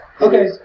Okay